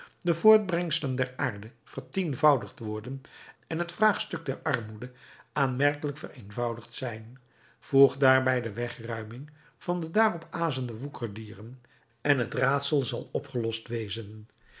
de voortbrengselen der aarde vertienvoudigd worden en het vraagstuk der armoede aanmerkelijk vereenvoudigd zijn voeg daarbij de wegruiming van de daarop azende woekerdieren en het raadsel zal opgelost wezen